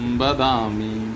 badami